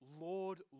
Lord